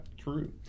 true